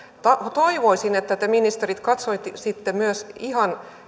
toivoisin että te ministerit katsoisitte myös ihan